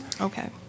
Okay